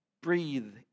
Breathe